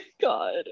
god